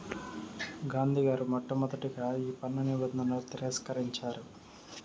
గాంధీ గారు మొట్టమొదటగా ఈ పన్ను నిబంధనలను తిరస్కరించారు